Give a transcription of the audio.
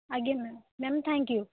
ଆଜ୍ଞା ma'am ma'am thank you